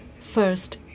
First